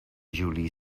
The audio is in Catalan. juli